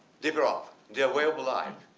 deeper off their way of life,